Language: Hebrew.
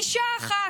אישה אחת,